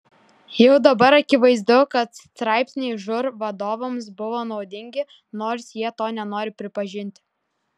jau dabar akivaizdu kad straipsniai žūr vadovams buvo naudingi nors jie to nenori pripažinti